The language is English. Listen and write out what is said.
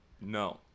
no